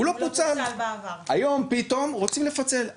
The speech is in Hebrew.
הוא לא פוצל, היום פתאום רוצים לפצל.